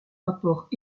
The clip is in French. rapport